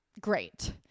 great